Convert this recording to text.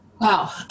Wow